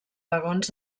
vagons